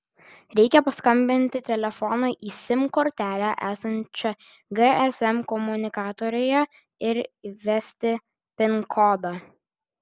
reikia paskambinti telefonu į sim kortelę esančią gsm komunikatoriuje ir įvesti pin kodą